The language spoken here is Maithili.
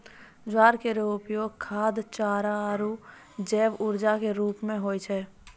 ज्वार केरो उपयोग खाद्य, चारा आरु जैव ऊर्जा क रूप म होय छै